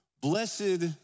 Blessed